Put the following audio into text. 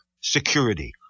security